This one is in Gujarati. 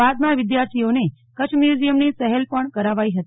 બાદમાં વિદ્યાર્થિઓને કચ્છ મ્યુઝીયમની સહેલ પણ કરાવાઈ હતી